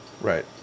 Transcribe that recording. Right